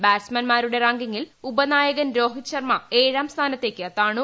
ബാറ്റ്സ്മാൻമാരുടെ റാങ്കിങ്ങിൽ ഉപനായകൻ രോഹിത് ശർമ ഏഴാം സ്ഥാനത്തേക്ക് താണു